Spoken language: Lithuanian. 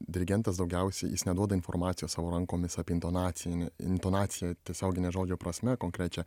dirigentas daugiausiai jis neduoda informacijos savo rankomis apie intonacinį intonaciją tiesiogine žodžio prasme konkrečią